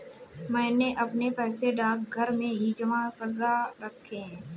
मैंने अपने पैसे डाकघर में ही जमा करा रखे हैं